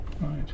Right